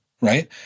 right